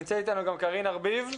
נמצאת איתנו גם קארין ארביב.